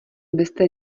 byste